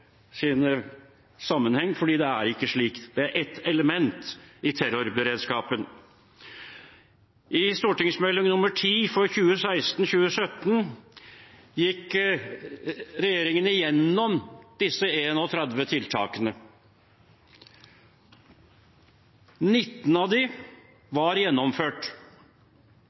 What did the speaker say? sammenheng. For det er ikke slik. Det er ett element i terrorberedskapen. I St.meld. nr. 10 for 2016–2017 gikk regjeringen igjennom disse 31 tiltakene. 19 av dem var gjennomført,